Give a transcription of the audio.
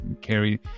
carry